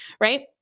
right